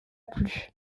plus